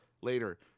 later